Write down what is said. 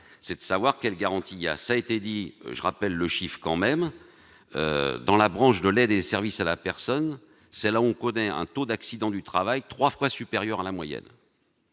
c'est de savoir quelles garanties y a ça a été dit, je rappelle le chiffre quand même dans la branche de l'aide des services à la personne, c'est là, on connaît un taux d'accident du travail 3 fois supérieur à la moyenne.